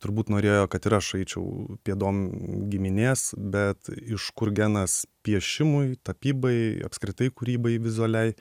turbūt norėjo kad ir aš eičiau pėdom giminės bet iš kur genas piešimui tapybai apskritai kūrybai vizualiai